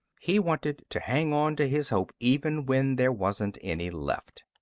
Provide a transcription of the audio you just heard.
he wanted to hang onto his hope even when there wasn't any left.